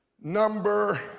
number